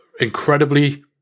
incredibly